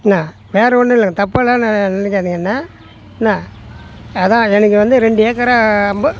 என்ன வேறே ஒன்றும் இல்லைங்க தப்பாலாம் நான் நினைக்காதீங்க என்ன என்ன அதான் எனக்கு வந்து ரெண்டு ஏக்கராங்கும்போ